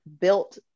built